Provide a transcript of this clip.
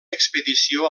expedició